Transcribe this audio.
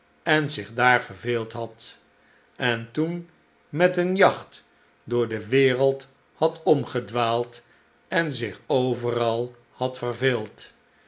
en zich daar verveeld had en toen met een jacht door de wereld had omgedwaald en zich overal had verveeld